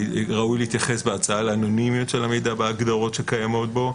ראוי להתייחס בהצעה לאנונימיות של המידע בהגדרות שקיימות בו,